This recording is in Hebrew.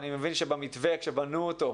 אני מבין שכאשר בנו את המתווה,